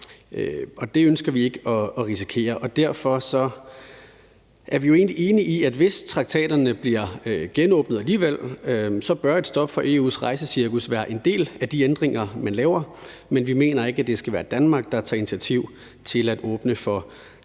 Det ønsker vi ikke at risikere, og derfor er vi egentlig enige i, at hvis traktaterne bliver genåbnet alligevel, bør et stop for EU's rejsecirkus være en del af de ændringer, man laver, men vi mener ikke, at det skal være Danmark, der tager initiativ til at åbne for traktaterne,